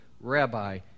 Rabbi